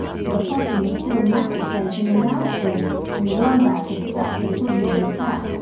for the possum was still masticating a mouthful and the wombat had stuck the puddin' in his hat,